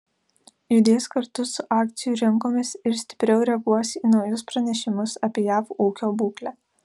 judės kartu su akcijų rinkomis ir stipriau reaguos į naujus pranešimus apie jav ūkio būklę